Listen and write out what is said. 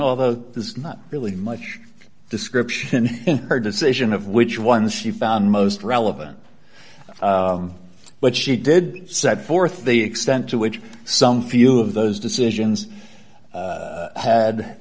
although there's not really much description in her decision of which ones she found most relevant but she did set forth the extent to which some few of those decisions